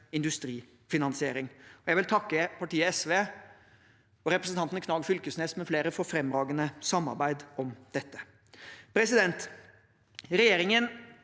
industrifinansiering. Jeg vil takke partiet SV og representanten Knag Fylkesnes mfl. for et fremragende samarbeid om dette. Regjeringen